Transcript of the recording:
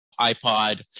iPod